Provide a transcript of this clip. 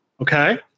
Okay